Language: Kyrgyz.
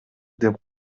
деп